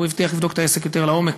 והוא הבטיח לבדוק את העסק יותר לעומק,